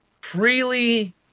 freely